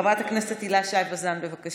חברת הכנסת הילה שי וזאן, בבקשה.